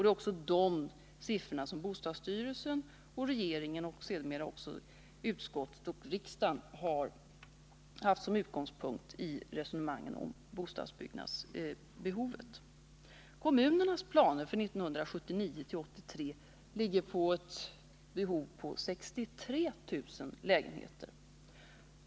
Det är också de siffrorna som bostadsstyrelsen och regeringen och sedermera också utskottet och riksdagen har haft som utgångspunkt i resonemangen om bostadsbyggnadsbehovet. Kommunernas planer för 1979-1983 ligger på 63 000 lägenheter.